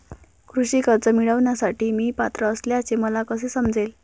कृषी कर्ज मिळविण्यासाठी मी पात्र असल्याचे मला कसे समजेल?